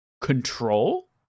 Control